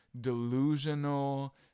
delusional